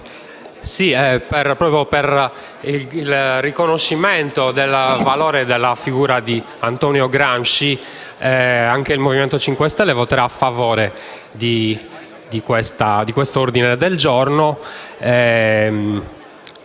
proprio per il riconoscimento del valore e della figura di Antonio Gramsci, il Movimento 5 Stelle voterà a favore di questo ordine del giorno.